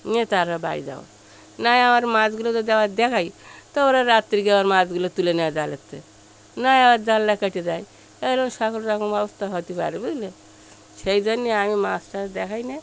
নিয়ে তারা বাড়ি যায় না হলে আমার মাছগুলো যদি আবার দেখাই তো ওরা রাত্রে গিয়ে আমার মাছগুলো তুলে নেয় জালের থেকে নয় আবার জালটা কেটে দেয় এরম সকল রকম অবস্থা হতে পারে বুঝলে সেই জন্য আমি মাছ টাছ দেখাই না